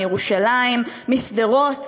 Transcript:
שרואה את הצ'קים שנתן כביטחון לא חוזרים